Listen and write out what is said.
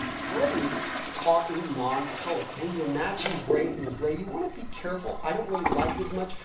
grays are a non-color. when you're matching gray and gray, you want to be careful, i don't really like it as much.